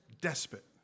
despot